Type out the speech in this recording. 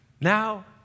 now